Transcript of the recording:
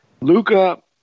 Luca